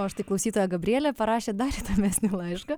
o štai klausytoja gabrielė parašė dar įdomesnį laišką